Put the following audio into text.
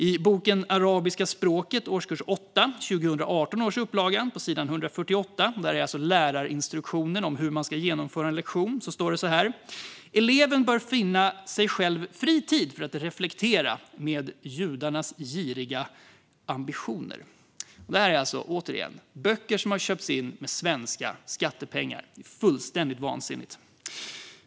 I boken Arabiska språket för årskurs 8, 2018 års upplaga, står det så här i lärarinstruktionen på s. 148 om hur en lektion ska genomföras: Eleven bör finna sig själv fri tid för att reflektera över judarnas giriga ambitioner. Detta är alltså, återigen, böcker som har köpts in med svenska skattepengar - fullständigt vansinnigt!